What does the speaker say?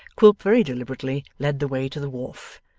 quilp very deliberately led the way to the wharf,